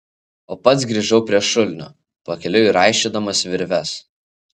o pats grįžau prie šulinio pakeliui raišiodamas virves